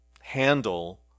handle